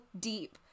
deep